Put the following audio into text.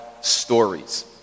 stories